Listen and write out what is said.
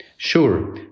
Sure